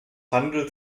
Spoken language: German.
handelt